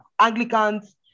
Anglicans